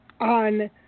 on